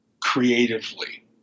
creatively